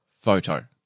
photo